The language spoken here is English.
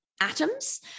atoms